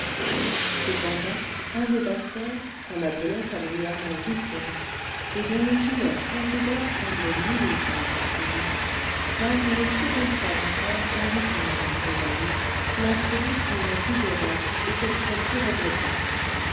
cependant un des valseurs qu'on appelait familièrement vicomte et dont le gilet très ouvert semblait moulé sur la poitrine vint une seconde fois encore inviter madame bovary l'assurant qu'il la guiderait et qu'elle s'en tirerait bien